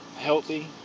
healthy